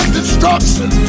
destruction